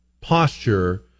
posture